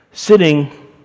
Sitting